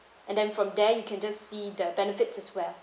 and then from there you can just see the benefits as well